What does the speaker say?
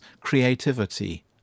creativity